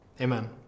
amen